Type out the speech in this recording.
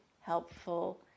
helpful